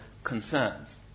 Concerns